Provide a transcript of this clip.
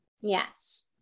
Yes